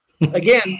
Again